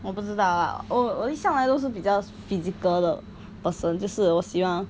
我不知道啊我我一向来都是比较 physical 的 person 就是我喜欢